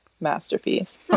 masterpiece